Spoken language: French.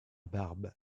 barbe